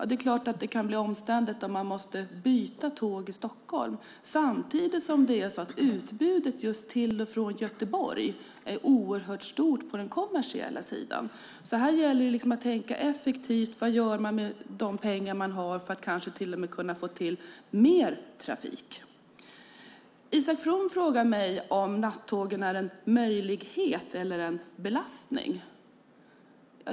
Det är klart att det kan bli omständligt om man måste byta tåg i Stockholm. Samtidigt är det så att utbudet just till och från Göteborg är oerhört stort på den kommersiella sidan. Här gäller det alltså att tänka effektivt. Vad gör man med de pengar man har för att kanske till och med kunna få till mer trafik? Isak From frågar mig om nattågen är en möjlighet eller en belastning.